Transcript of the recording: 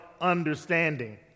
understanding